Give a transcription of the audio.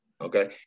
okay